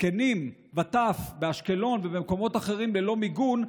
זקנים וטף באשקלון ובמקומות אחרים בלא מיגון,